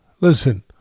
listen